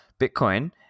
bitcoin